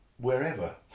Wherever